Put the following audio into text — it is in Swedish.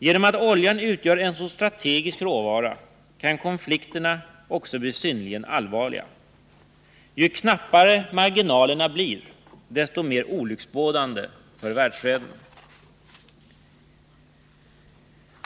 Genom att oljan utgör en så strategisk råvara kan konflikterna kring oljan också bli synnerligen allvarliga. Ju knappare marginalerna blir, desto mer olycksbådande för världsfreden.